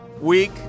week